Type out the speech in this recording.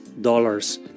dollars